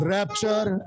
Rapture